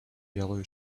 yellow